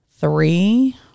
three